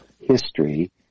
history